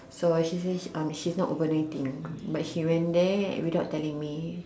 so ah she says um she's not overnighting but she went there without telling me